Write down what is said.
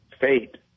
fate